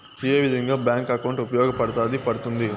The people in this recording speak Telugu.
ఏ విధంగా బ్యాంకు అకౌంట్ ఉపయోగపడతాయి పడ్తుంది